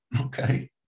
Okay